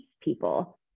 people